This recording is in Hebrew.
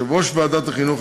יושב-ראש ועדת החינוך,